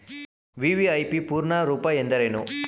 VVIP ಪೂರ್ಣ ರೂಪ ಎಂದರೇನು?